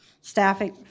staffing